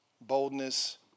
boldness